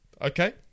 Okay